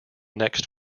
next